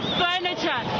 furniture